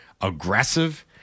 aggressive